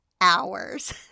hours